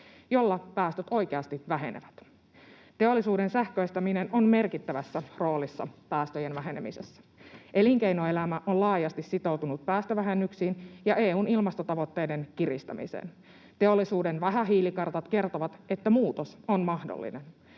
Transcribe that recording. joilla päästöt oikeasti vähenevät. Teollisuuden sähköistäminen on merkittävässä roolissa päästöjen vähenemisessä. Elinkeinoelämä on laajasti sitoutunut päästövähennyksiin ja EU:n ilmastotavoitteiden kiristämiseen. Teollisuuden vähähiilikartat kertovat, että muutos on mahdollinen.